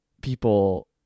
people